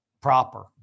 proper